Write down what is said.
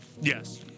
Yes